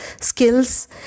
skills